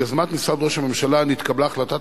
ביוזמת משרד ראש הממשלה נתקבלה החלטת